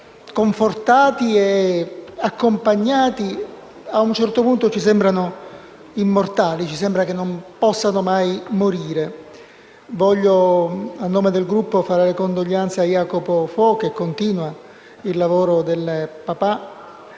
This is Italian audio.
hanno confortati e accompagnati, a un certo punto ci sembrano immortali, ci sembra che non possano mai morire. A nome nel Gruppo vorrei fare le condoglianze a Jacopo Fo, che continua il lavoro del padre.